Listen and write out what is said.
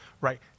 right